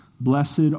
blessed